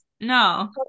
no